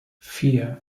vier